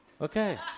Okay